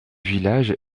village